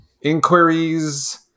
inquiries